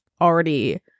already